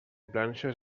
planxes